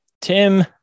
Tim